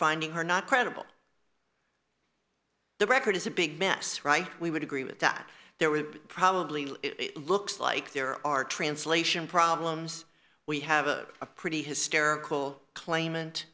finding her not credible the record is a big mess right we would agree with that there were probably looks like there are translation problems we have a pretty hysterical claimant